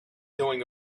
doing